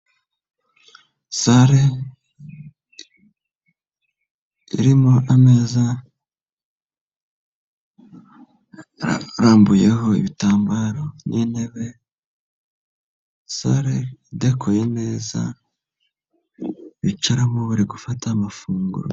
Sale irimo ameza arambuyeho ibitambaro n'intebe, sale idekoye neza, bicaramo bari gufata amafunguro.